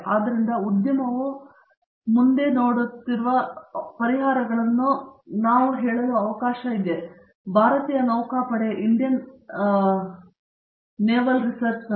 ಆದ್ದರಿಂದ ಉದ್ಯಮವು ಮುಂದೆ ನೋಡುತ್ತಿರುವ ಪರಿಹಾರಗಳನ್ನು ನಾವು ಹೇಳಲು ಅವಕಾಶ ನೀಡುತ್ತದೆ ಭಾರತೀಯ ನೌಕಾಪಡೆಯೂ ಸಹ